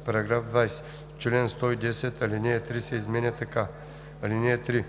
§ 20: „§ 20. В чл. 110 ал. 3 се изменя така: „(3)